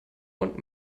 und